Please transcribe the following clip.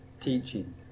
teaching